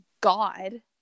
God